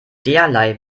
derlei